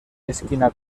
esquina